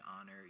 honor